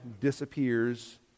disappears